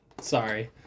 Sorry